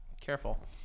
careful